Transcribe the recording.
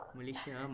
Malaysia